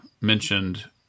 mentioned